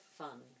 fun